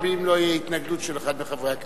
אם לא תהיה התנגדות של אחד מחברי הכנסת.